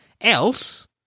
Else